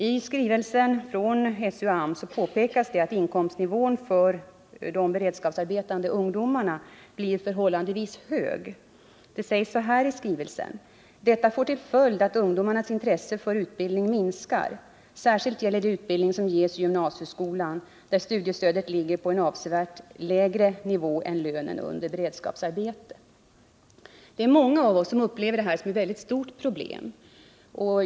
I skrivelsen från SÖ och AMS påpekas det att inkomstnivån för de beredskapsarbetande ungdomarna blir förhållandevis hög. Det står så här i skrivelsen: ”Detta får till följd att ungdomarnas intresse för utbildning minskar. Särskilt gäller det utbildning som ges i gymnasieskolan, där studiestödet ligger på en avsevärt lägre nivå än lönen under beredskapsarbete.” Det är många av oss som upplever detta som ett mycket stort problem.